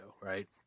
right